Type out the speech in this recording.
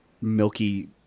milky